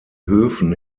höfen